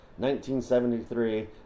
1973